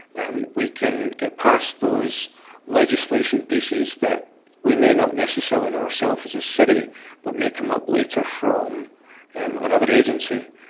um we can get past those legislation pieces that we may not necessarily know ourself as a city but may come up later from and another agency.